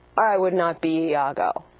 i would not be iago.